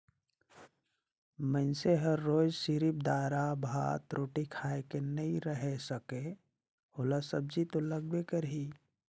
मइनसे हर रोयज सिरिफ दारा, भात, रोटी खाए के नइ रहें सके ओला सब्जी तो लगबे करही